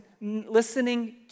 listening